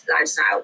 lifestyle